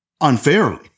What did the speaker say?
unfairly